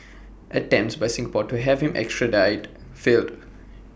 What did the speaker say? attempts by Singapore to have him extradited failed